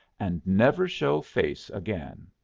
and never show face again.